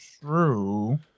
true